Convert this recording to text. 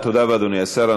תודה רבה, אדוני השר.